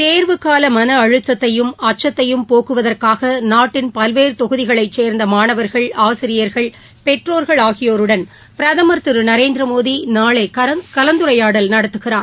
தேர்வுகால மன அழுத்தத்தையும் அச்சத்தையும் போக்குவதற்காக நாட்டின் பல்வேறு தொகுதிகளை சேர்ந்த மாணவர்கள் ஆசிரியர்கள் பெற்றோர்கள் ஆகியோருடன் பிரதமர் திரு நரேந்திரமோடி நாளை கலந்துரையாடல் நடத்துகிறார்